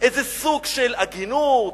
איזה סוג של הגינות,